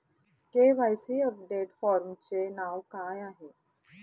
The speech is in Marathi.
के.वाय.सी अपडेट फॉर्मचे नाव काय आहे?